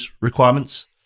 requirements